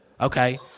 okay